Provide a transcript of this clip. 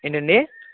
ఏంటండి